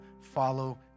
Follow